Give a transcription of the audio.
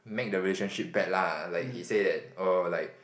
make the relationship bad lah like he say that oh like